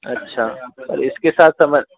अच्छा और इसके साथ तो में